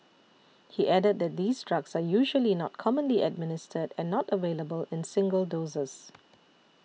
he added that these drugs are usually not commonly administered and not available in single doses